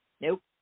Nope